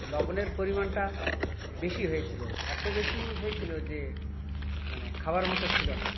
লবণের পরিমাণটা বেশি হয়েছিল এত বেশি হয়েছিল যে মানে খাবার মতো ছিল না